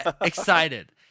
Excited